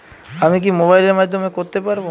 আমি কি মোবাইলের মাধ্যমে করতে পারব?